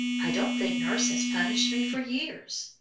i don't think nurse has punished me for years.